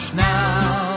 now